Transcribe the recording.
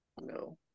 No